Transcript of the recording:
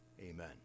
Amen